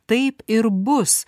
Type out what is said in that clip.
taip ir bus